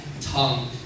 tongue